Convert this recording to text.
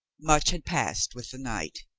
much had passed with the night.